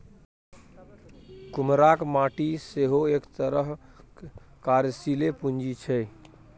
कुम्हराक माटि सेहो एक तरहक कार्यशीले पूंजी छै